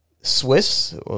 Swiss